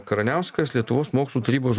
kraniauskas lietuvos mokslų tarybos